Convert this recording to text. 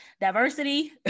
diversity